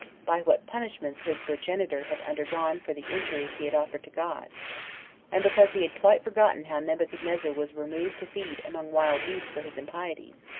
by what punishments his progenitor had undergone for the injuries he had offered to god and because he had quite forgotten how nebuchadnezzar was removed to feed among wild beasts for his impieties,